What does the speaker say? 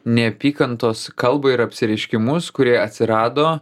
neapykantos kalbą ir apsireiškimus kurie atsirado